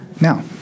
Now